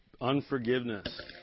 Unforgiveness